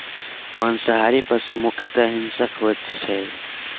मांसाहारी पशु मुख्यतः हिंसक होइत छै